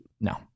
No